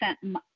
sent